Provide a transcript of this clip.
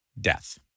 death